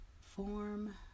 form